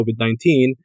COVID-19